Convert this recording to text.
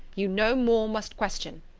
you no more must question.